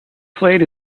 played